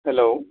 hello